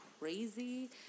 crazy